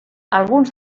alguns